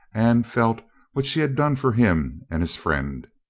and felt what she had done for him and his friend.